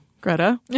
Greta